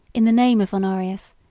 in the name of honorius,